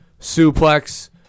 suplex